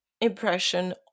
impression